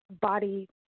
body